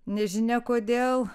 nežinia kodėl